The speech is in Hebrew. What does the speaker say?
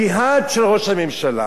לא שאני מגן עליו, יש לי עליו הרבה ביקורת,